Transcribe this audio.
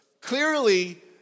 Clearly